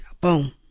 Boom